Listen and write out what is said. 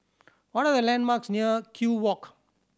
what are the landmarks near Kew Walk